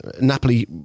Napoli